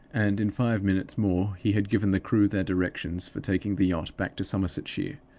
and in five minutes more he had given the crew their directions for taking the yacht back to somersetshire.